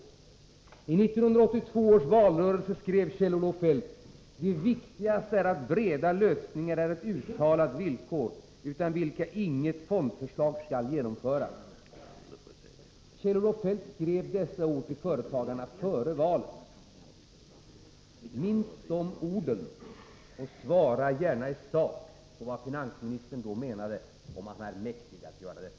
I 1982 års valrörelse skrev Kjell-Olof Feldt: ”Det viktigaste är att breda lösningar är ett uttalat villkor utan vilka inget fondförslag skall genomföras.” Kjell-Olof Feldt skrev dessa ord till företagarna före valet. Minns de orden, och svara gärna i sak på vad finansministern då menade — om han är mäktig att göra detta!